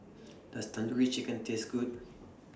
Does Tandoori Chicken Taste Good